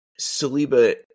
Saliba